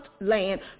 land